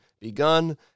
begun